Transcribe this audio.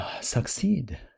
succeed